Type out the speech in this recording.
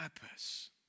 purpose